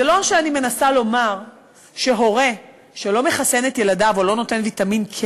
זה לא שאני מנסה לומר שהורה שלא מחסן את ילדיו או לא נותן ויטמין K